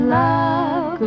love